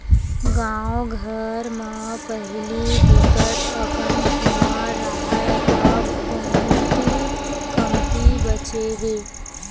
गाँव घर म पहिली बिकट अकन कुँआ राहय अब बहुते कमती बाचे हे